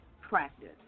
practice